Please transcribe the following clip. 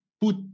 put